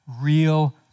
real